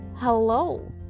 Hello